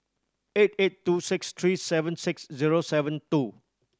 eight eight two six three seven six zero seven two